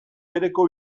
bereko